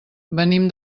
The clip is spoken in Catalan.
venim